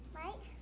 right